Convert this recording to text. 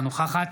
אינה נוכחת